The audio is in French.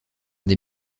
des